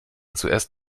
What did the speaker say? zuerst